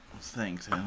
thanks